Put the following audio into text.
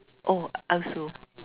oh I also